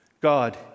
God